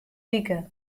wike